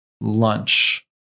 Lunch